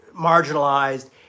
marginalized